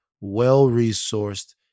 well-resourced